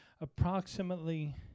approximately